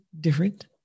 different